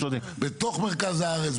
בתוך מרכז הארץ,